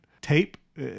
tape